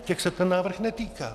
Těch se ten návrh netýká.